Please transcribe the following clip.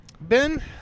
Ben